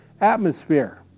atmosphere